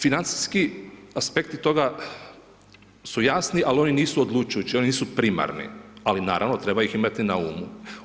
Financijski aspekti toga su jasni, ali oni nisu odlučujući, oni nisu primarni, ali naravno, treba ih imati na umu.